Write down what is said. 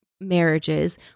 marriages